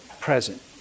present